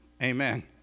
Amen